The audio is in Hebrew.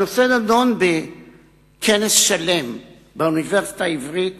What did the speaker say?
הנושא נדון בכנס שלם באוניברסיטה העברית